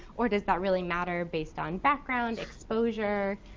or does that really matter based on background, exposure,